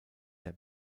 der